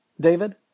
David